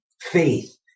faith